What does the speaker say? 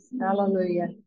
Hallelujah